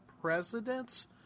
president's